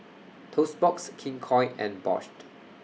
Toast Box King Koil and Bosch